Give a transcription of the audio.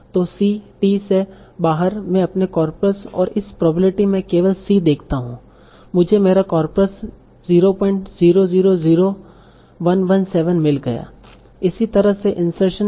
तो ct से बाहर मैं अपने कॉर्पस और इस प्रोबेब्लिटी में केवल c देखता हूं मुझे मेरा कार्पस 0000117 मिल गया इसी तरह से इंसर्शन भी